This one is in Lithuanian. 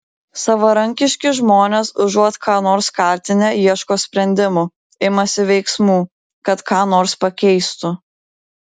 savarankiški žmonės užuot ką nors kaltinę ieško sprendimų imasi veiksmų kad ką nors pakeistų